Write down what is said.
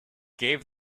gave